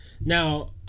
Now